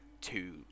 two